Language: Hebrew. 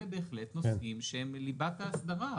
אלה בהחלט נושאים שהם ליבת האסדרה.